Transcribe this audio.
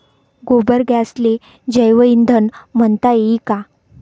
गोबर गॅसले जैवईंधन म्हनता ई का?